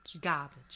garbage